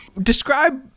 Describe